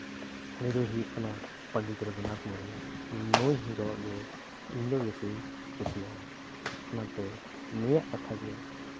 ᱦᱩᱭ ᱫᱚᱭ ᱦᱩᱭᱩᱜ ᱠᱟᱱᱟ ᱯᱚᱱᱰᱤᱛ ᱨᱟᱹᱜᱷᱩᱱᱟᱛᱷ ᱢᱩᱨᱢᱩ ᱱᱩᱭ ᱦᱤᱨᱳ ᱜᱮ ᱤᱧ ᱫᱚ ᱵᱮᱥᱤᱧ ᱠᱩᱥᱤᱭᱟᱭᱟ ᱚᱱᱟᱛᱮ ᱱᱩᱭᱟᱜ ᱠᱟᱛᱷᱟ ᱜᱮ